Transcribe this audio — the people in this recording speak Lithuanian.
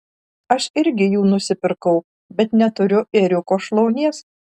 aš irgi jų nusipirkau bet neturiu ėriuko šlaunies